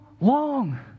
long